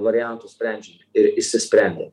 variantų sprendžiant ir išsisprendė